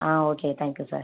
ah okay thank you sir